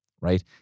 right